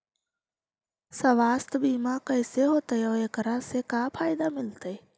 सवासथ बिमा कैसे होतै, और एकरा से का फायदा मिलतै?